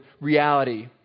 reality